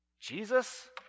Jesus